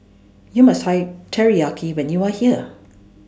YOU must Try Teriyaki when YOU Are here